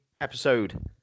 episode